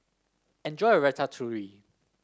enjoy your Ratatouille